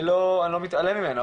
אני לא מתעלם מזה,